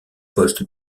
poste